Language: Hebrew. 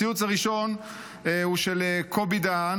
הציוץ הראשון הוא של קובי דהן,